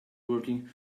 working